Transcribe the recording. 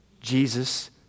Jesus